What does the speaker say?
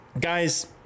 guys